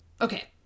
okay